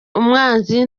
umwanzi